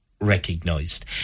recognized